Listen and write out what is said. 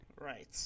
Right